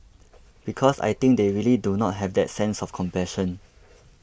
because I think they really do not have that sense of compassion